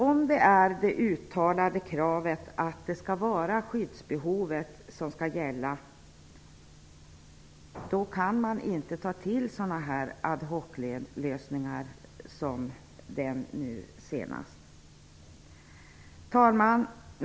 Om det uttalade kravet är att skyddsbehovet skall gälla kan man inte ta till sådana ad hoc-lösningar som nu senast Fru talman!